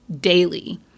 daily